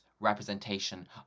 representation